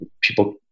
people